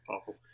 awful